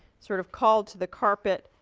sort of, called to the carpet,